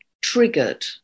triggered